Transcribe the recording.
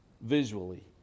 visually